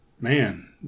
man